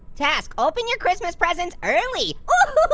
task, open your christmas presents early.